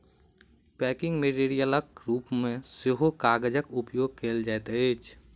packing मेटेरियलक रूप मे सेहो कागजक उपयोग कयल जाइत अछि